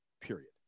Period